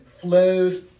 flows